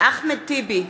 אחמד טיבי,